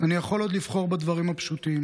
"אני יכול עוד לבחור בדברים הפשוטים